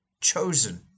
chosen